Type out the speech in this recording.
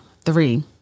three